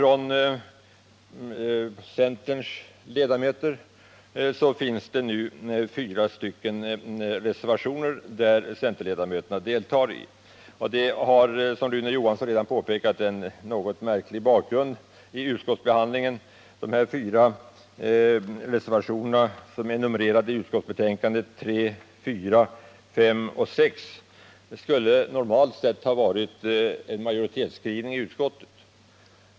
Det har till betänkandet fogats 4 reservationer som centerns utskottsledamöter deltar i. Det har, som Rune Johansson redan påpekat, en något märklig bakgrund. De fyra reservationerna nr 3, 4, 5 och 6 skulle normalt sett har varit en majoritetsskrivning i utskottet.